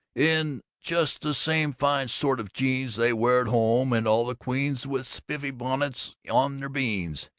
in just the same fine sort of jeans they wear at home, and all the queens with spiffy bonnets on their beans,